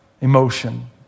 emotion